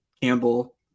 campbell